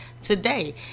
today